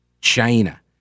China